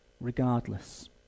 regardless